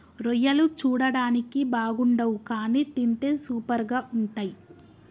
రొయ్యలు చూడడానికి బాగుండవ్ కానీ తింటే సూపర్గా ఉంటయ్